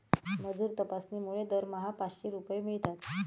मजूर तपासणीमुळे दरमहा पाचशे रुपये मिळतात